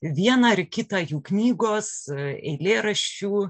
vieną ar kitą jų knygos eilėraščių